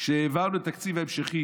כשהעברנו את התקציב ההמשכי